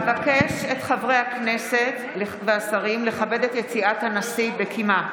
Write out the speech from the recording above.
אבקש את חברי הכנסת והשרים לכבד את יציאת הנשיא בקימה.